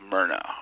Myrna